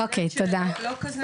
לפני כן אני רק רוצה לחדד שעד לא כזה